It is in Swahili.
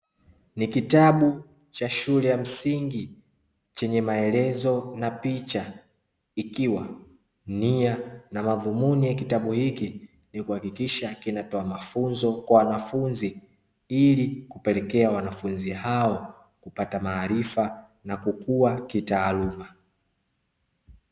Ni kitabu cha shule ya msingi, chenye maelezo na picha ikiwa nia na madhumuni ya kitabu hiki ni kuhakikisha kinatoa mafunzo kwa wanafunzi, ili kupelekea wanafunzi hao kupata maarifa na kukuwa kitaaluma.